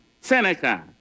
Seneca